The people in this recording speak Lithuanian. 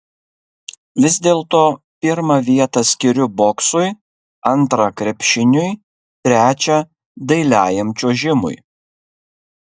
vis dėlto pirmą vietą skiriu boksui antrą krepšiniui trečią dailiajam čiuožimui